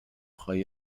frei